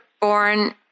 born